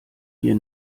hier